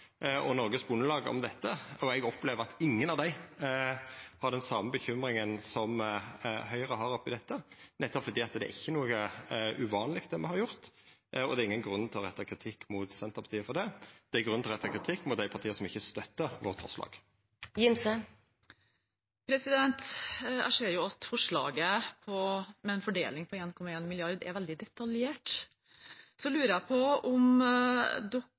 og Småbrukarlag og Norges Bondelag om dette, og eg opplever at ingen av dei har den same bekymringa som Høgre har oppe i dette, nettopp fordi det ikkje er noko uvanleg det me har gjort, og det er ingen grunn til å retta kritikk mot Senterpartiet for det. Det er grunn til å retta kritikk mot dei partia som ikkje støttar vårt forslag. Jeg ser jo at forslaget med en fordeling på 1,1 mrd. kr er veldig detaljert. Jeg lurer på om